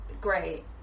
great